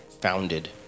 founded